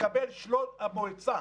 המועצה